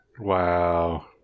Wow